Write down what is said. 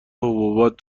حبوبات